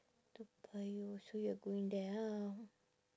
toa payoh so you're going there ah